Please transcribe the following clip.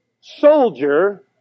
soldier